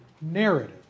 narrative